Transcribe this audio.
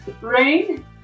Rain